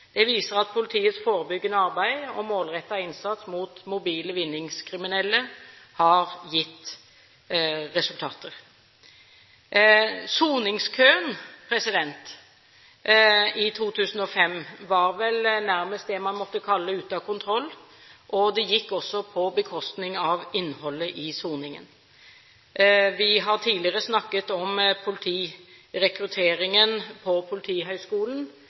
Det viser at politiets forebyggende arbeid og målrettede innsats mot mobile vinningskriminelle har gitt resultater. Soningskøen i 2005 var vel nærmest det man må kalle ute av kontroll, og det gikk også på bekostning av innholdet i soningen. Vi har tidligere snakket om politirekrutteringen på Politihøgskolen.